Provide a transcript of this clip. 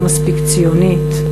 לא מספיק ציונית.